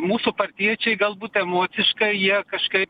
mūsų partiečiai galbūt emociškai jie kažkaip